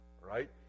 right